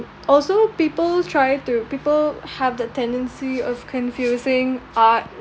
also people try to people have the tendency of confusing art